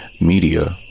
Media